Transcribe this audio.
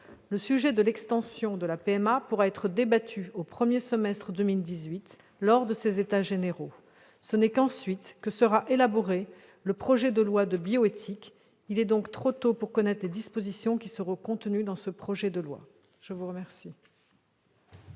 Le sujet de l'extension de la PMA pourra être débattu, au premier semestre 2018, lors de ces états généraux. Ce n'est qu'ensuite que sera élaboré le projet de loi de bioéthique. Il est donc trop tôt pour connaître les dispositions qui seront contenues dans ce projet de loi. La parole